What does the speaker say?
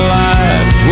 life